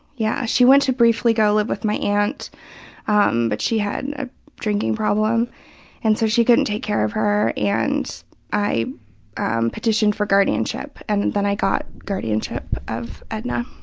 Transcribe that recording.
yeah she went to briefly go live with my aunt um but she had a drinking problem and so she couldn't take care of her. and i um petitioned for guardianship and then i got guardianship of edna.